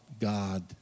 God